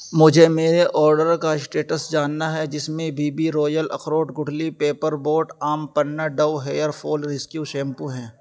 مجھے میرے آڈر کا اشٹیٹس جاننا ہے جس میں بی بی رویل اخروٹ گٹھلی پیپر بوٹ آم پنا Dove hair fall rescue shampoo ہیں